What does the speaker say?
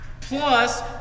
Plus